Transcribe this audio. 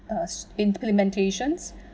uh implementations